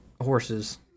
horses